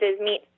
meet